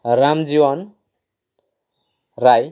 Ramjivan Rai